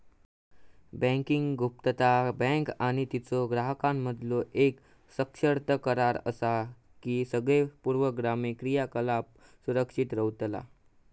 banking गुप्तता, bank आणि तिच्यो ग्राहकांमधीलो येक सशर्त करार असा की सगळे पूर्वगामी क्रियाकलाप सुरक्षित रव्हतला